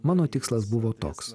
mano tikslas buvo toks